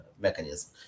mechanism